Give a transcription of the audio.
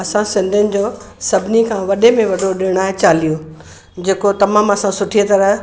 असां सिंधियुनि जो सभिनी खां वॾे में वॾो ॾिणु आहे चालीहो जेको तमामु असां सुठीअ तरह